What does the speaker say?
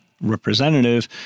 representative